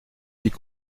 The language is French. dit